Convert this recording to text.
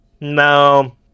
no